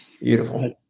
Beautiful